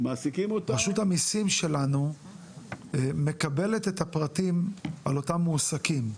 רשות המיסים שלנו מקבלת את הפרטים על אותם מועסיקים,